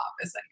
office